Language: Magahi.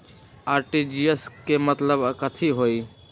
आर.टी.जी.एस के मतलब कथी होइ?